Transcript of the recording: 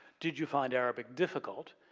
did you find arabic difficult?